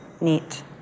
neat